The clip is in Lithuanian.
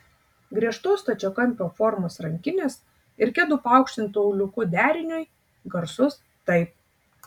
griežtos stačiakampio formos rankinės ir kedų paaukštintu auliuku deriniui garsus taip